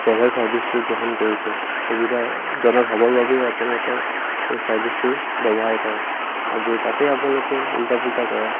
travel চাৰ্ভিছটো গ্ৰহণ কৰিছে সুবিধাজনক হ'বৰ বাবেই আপোনলোকৰ এই চাৰ্ভিছটো ব্যৱহাৰ কৰে আৰু যদি তাতেই আপোনালোকে ওল্টা পুল্টা কৰে